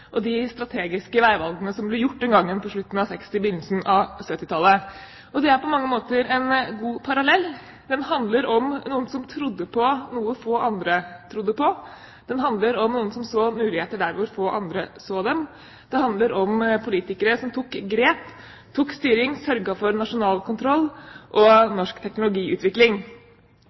og de strategiske veivalgene som ble gjort den gangen på slutten av 1960- og begynnelsen av 1970-tallet. Det er på mange måter en god parallell. Den handler om noen som trodde på noe få andre trodde på. Den handler om noen som så muligheter der hvor få andre så dem. Det handler om politikere som tok grep, tok styring og sørget for nasjonal kontroll, og det handler om norsk teknologiutvikling.